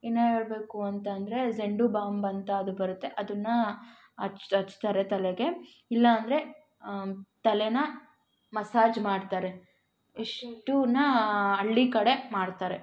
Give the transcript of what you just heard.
ಇನ್ನೂ ಹೇಳ್ಬೇಕು ಅಂತಂದರೆ ಝಂಡು ಬಾಂಬ್ ಅಂತ ಅದು ಬರುತ್ತೆ ಅದನ್ನು ಹಚ್ ಹಚ್ತಾರೆ ತಲೆಗೆ ಇಲ್ಲ ಅಂದರೆ ತಲೆನ ಮಸಾಜ್ ಮಾಡ್ತಾರೆ ಇಷ್ಟನ್ನ ಹಳ್ಳಿ ಕಡೆ ಮಾಡ್ತಾರೆ